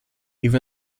even